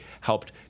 helped